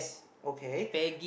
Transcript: okay